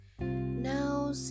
Now